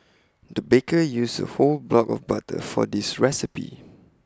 the baker used A whole block of butter for this recipe